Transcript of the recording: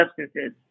substances